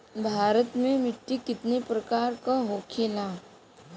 भारत में मिट्टी कितने प्रकार का होखे ला?